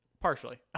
Partially